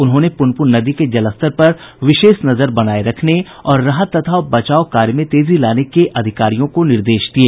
उन्होंने पूनपून नदी के जलस्तर पर विशेष नजर बनाये रखने और राहत तथा बचाव कार्य में तेजी लाने के निर्देश दिये